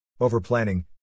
Overplanning